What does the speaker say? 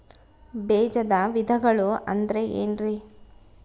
ಬೇಜದ ವಿಧಗಳು ಅಂದ್ರೆ ಏನ್ರಿ?